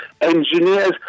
engineers